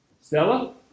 Stella